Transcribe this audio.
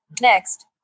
Next